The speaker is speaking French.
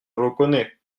reconnais